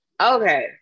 Okay